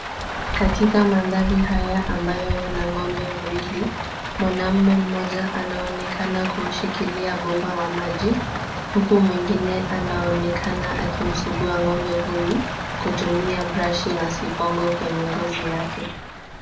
Katika mandhari haya ambayo yana ng'ombe wawili, mwanaume mmoja anaonekana kuushikilia bomba wa maji, huku mwengine anaonekana akimsugua ng'ombe huyu kutumia brashi na sifongo kwenye ngozi yake.